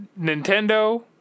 Nintendo